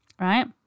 right